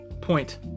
point